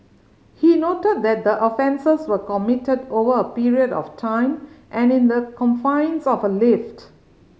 he noted that the offences were committed over a period of time and in the confines of a lift